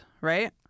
right